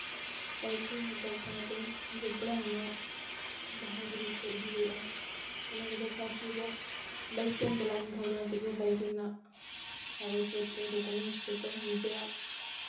biking ᱜᱟᱛᱟᱠ ᱥᱟᱶᱛᱮ ᱡᱚᱯᱲᱟᱣ ᱟᱱᱟᱜ ᱡᱟᱦᱟᱸ ᱡᱤᱱᱤᱥ ᱠᱚ ᱤᱫᱤ ᱦᱩᱭᱩᱜᱼᱟ ᱚᱱᱟ ᱠᱚᱫᱚ ᱯᱷᱟᱥᱴ ᱨᱮᱫᱚ ᱵᱟᱭᱤᱠ ᱛᱮᱢ ᱪᱟᱞᱟᱣ ᱞᱮᱱᱠᱷᱟᱱ ᱡᱟᱦᱟᱸ ᱥᱮᱜ ᱜᱮ ᱵᱟᱭᱤᱠ ᱨᱮᱱᱟᱜ ᱠᱟᱜᱚᱡᱽ ᱯᱚᱛᱨᱚ ᱰᱚᱠᱳᱢᱮᱴᱥ ᱡᱷᱚᱛᱚ ᱱᱤᱡᱮᱨᱟᱜ